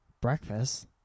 breakfast